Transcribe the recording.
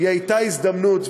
הייתה הזדמנות,